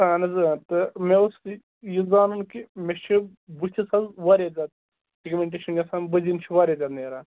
اَہَن حظ آ تہٕ مےٚ اوس یہِ یہِ زانُن کہِ مےٚ چھِ بُتھِس حظ واریاہ زیادٕ پِگمٮ۪نٛٹیٚشن گژھان بٔزِنۍ چھِ واریاہ زِیادٕ نیران